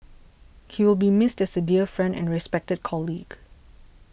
he will be missed as a dear friend and respected colleague